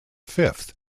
fifth